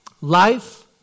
Life